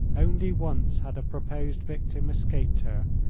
only once had a proposed victim escaped her,